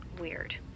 weird